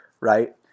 right